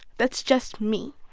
that's just me,